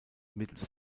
mittels